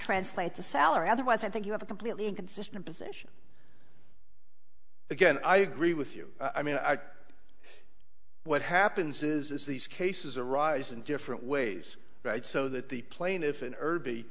translate the salary otherwise i think you have a completely inconsistent position again i agree with you i i mean what happens is these cases arise in different ways right so that the plaintiff an her